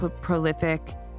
prolific